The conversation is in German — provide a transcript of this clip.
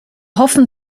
hoffen